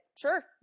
sure